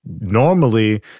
Normally